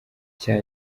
nshya